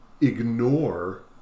ignore